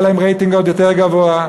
היה לה רייטינג עוד יותר גבוה,